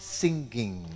singing